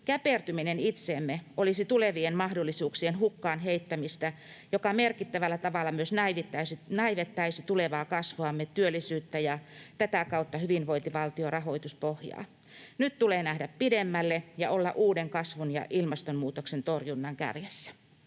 Käpertyminen itseemme olisi tulevien mahdollisuuksien hukkaan heittämistä, mikä merkittävällä tavalla myös näivettäisi tulevaa kasvuamme, työllisyyttä ja tätä kautta hyvinvointivaltion rahoituspohjaa. Nyt tulee nähdä pidemmälle ja olla uuden kasvun ja ilmastonmuutoksen torjunnan kärjessä.